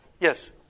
Yes